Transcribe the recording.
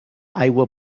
aigua